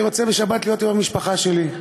אני רוצה בשבת להיות עם המשפחה שלי.